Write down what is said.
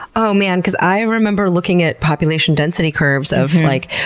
oh, man. cause i remember looking at population density curves of, like,